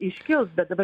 iškils bet dabar